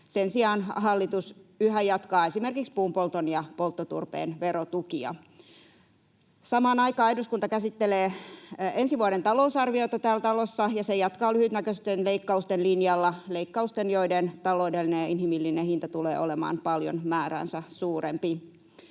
Sen sijaan hallitus yhä jatkaa esimerkiksi puunpolton ja polttoturpeen verotukia. Samaan aikaan eduskunta käsittelee ensi vuoden talousarviota täällä talossa, ja tämä jatkaa lyhytnäköisten leikkausten linjalla, leikkausten, joiden taloudellinen ja inhimillinen hinta tulee olemaan paljon määräänsä suurempi.